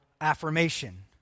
affirmation